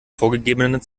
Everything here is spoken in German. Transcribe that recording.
vorgegebenen